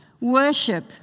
Worship